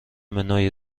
منوی